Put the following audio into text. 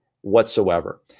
whatsoever